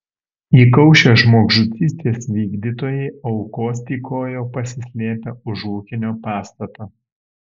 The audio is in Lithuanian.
įkaušę žmogžudystės vykdytojai aukos tykojo pasislėpę už ūkinio pastato